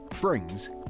brings